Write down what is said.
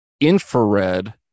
infrared